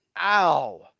Ow